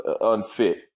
unfit